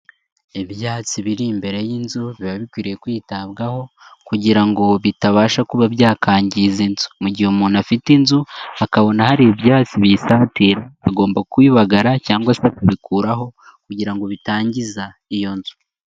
Ibyatsi biri imbere y'inzu biba bikwiriye kwitabwaho kugira ngo bitabasha kuba byakangiza inzu. Mu gihe umuntu afite inzu akabona hari ibyatsi biyisatira agomba kubibagara cyangwa se bakabikuraho kugira ngo bitangiza iyo nzu.